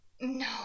No